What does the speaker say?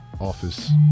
office